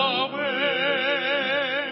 away